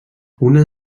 una